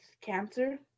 cancer